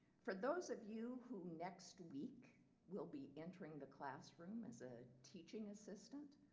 for those of you who next week will be entering the classroom as a teaching assistant,